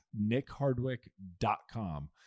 nickhardwick.com